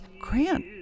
Grant